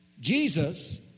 Jesus